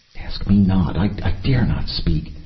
ask me not! i dare not speak.